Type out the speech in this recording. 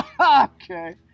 Okay